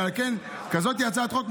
ועל כן, כזאת היא הצעת החוק.